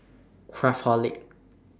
Craftholic